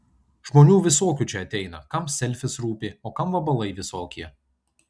žmonių visokių čia ateina kam selfis rūpi o kam vabalai visokie